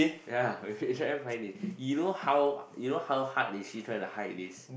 ya we we trying to find this you know how you know how hard is he trying to hide this